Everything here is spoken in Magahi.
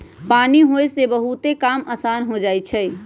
पानी होय से बहुते काम असान हो जाई छई